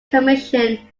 commission